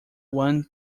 one